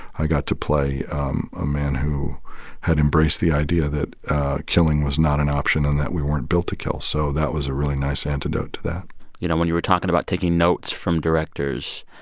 i got to play a man who had embraced the idea that killing was not an option and that we weren't built to kill. so that was a really nice antidote to that you know, you were talking about taking notes from directors,